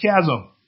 chasm